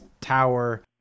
tower